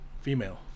female